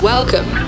Welcome